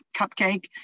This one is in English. cupcake